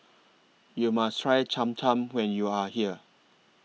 YOU must Try Cham Cham when YOU Are here